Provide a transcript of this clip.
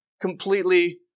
completely